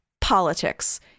politics